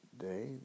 day